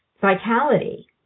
vitality